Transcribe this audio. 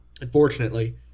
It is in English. Unfortunately